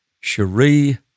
Cherie